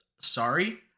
sorry